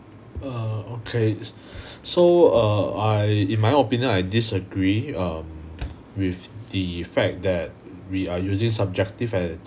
err okay so err I in my opinion I disagree um with the fact that we are using subjective and